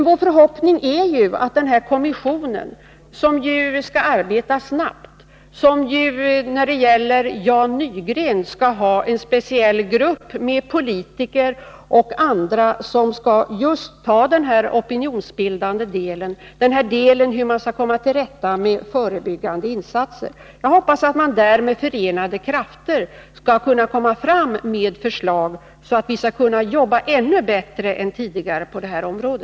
Vår förhoppning är att denna kommission skall kunna hjälpa till i det arbetet. Kommissionen skall arbeta snabbt, och Jan Nygren skall ha en speciell grupp med politiker och andra som skall ta itu med just den opinionsbildande delen, hur man skall förbättra de förebyggande insatserna. Jag hoppas att man där med förenade krafter skall kunna komma fram med förslag, så att vi kan arbeta ännu bättre än tidigare på detta område.